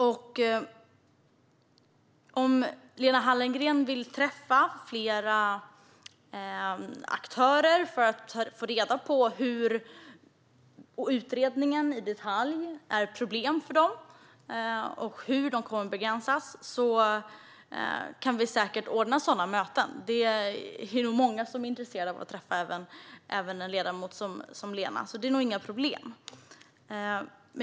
Om Lena Hallengren vill träffa flera aktörer för att i detalj få reda på hur utredningen är ett problem för dem och hur de kommer att begränsas kan vi säkert ordna sådana möten. Det är nog många som är intresserade av att träffa även en ledamot som Lena. Det är nog inga problem.